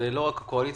זה לא רק הקואליציה,